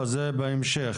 זה בהמשך.